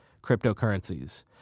cryptocurrencies